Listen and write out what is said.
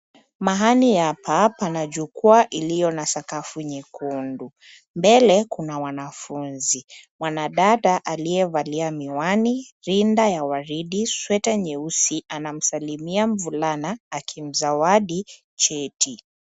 Mahali hapa pana jukwaa iliyo na sakafu nyekundu. Mbele kuna wanafunzi, mwanadada aliyevalia miwani, rinda ya waridi sweta nyeusi anamsalimia mvulana akimzawadi cheti.